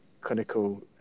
clinical